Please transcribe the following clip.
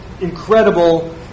incredible